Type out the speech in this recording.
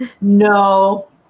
No